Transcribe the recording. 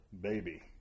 baby